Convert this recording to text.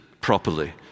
properly